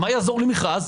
מה יעזור לי מכרז?